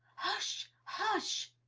hush! hush!